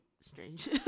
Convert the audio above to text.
Strange